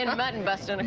and about invest and and